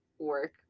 work